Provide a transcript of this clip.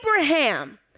Abraham